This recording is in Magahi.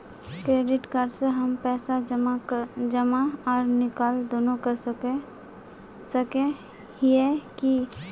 क्रेडिट कार्ड से हम पैसा जमा आर निकाल दोनों कर सके हिये की?